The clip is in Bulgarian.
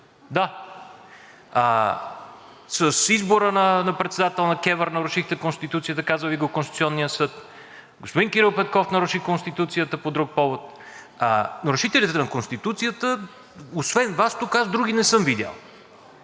Да, с избора на председател на КЕВР нарушихте Конституцията – каза Ви го Конституционният съд, господин Кирил Петков наруши Конституцията по друг повод… Нарушители на Конституцията освен Вас, аз други тук не съм видял,